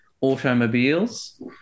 automobiles